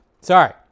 Sorry